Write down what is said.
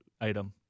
item